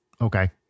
okay